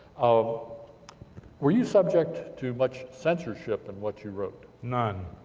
um were you subject to much censorship in what you wrote? none.